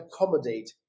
accommodate